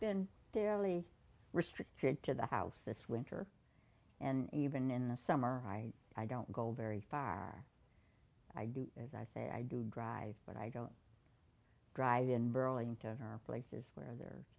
been fairly restricted to the house this winter and even in the summer i don't go very far i do i think i do drive but i don't drive in burlington are places where there